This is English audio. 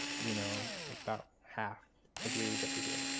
you know it's about half agree-disagree.